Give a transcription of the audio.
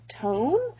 tone